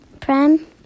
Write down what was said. Prem